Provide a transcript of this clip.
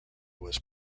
was